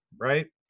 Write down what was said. right